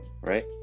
right